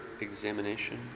examination